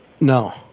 No